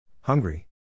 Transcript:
Hungry